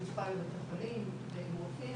בתי חולים ורופאים,